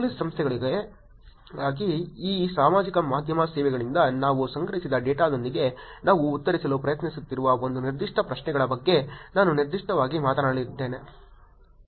police ಸಂಸ್ಥೆಗಳಿಗಾಗಿ ಈ ಸಾಮಾಜಿಕ ಮಾಧ್ಯಮ ಸೇವೆಗಳಿಂದ ನಾವು ಸಂಗ್ರಹಿಸಿದ ಡೇಟಾದೊಂದಿಗೆ ನಾವು ಉತ್ತರಿಸಲು ಪ್ರಯತ್ನಿಸುತ್ತಿರುವ ಒಂದು ನಿರ್ದಿಷ್ಟ ಪ್ರಶ್ನೆಗಳ ಬಗ್ಗೆ ನಾನು ನಿರ್ದಿಷ್ಟವಾಗಿ ಮಾತನಾಡಲಿದ್ದೇನೆ